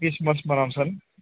Christmas मनाउँछन्